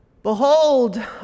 Behold